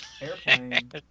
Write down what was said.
Airplane